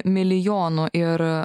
milijonų ir